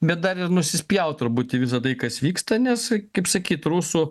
bet dar ir nusispjaut turbūt visa tai kas vyksta nes kaip sakyt rusų